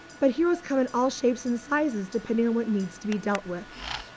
but, heroes come in all shapes and sizes, depending on what needs to be dealt with.